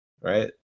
Right